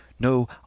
No